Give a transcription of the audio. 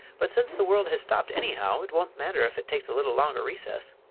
but since the world has stopped anyhow, it won't matter if it takes a little longer recess.